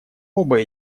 оба